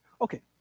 Okay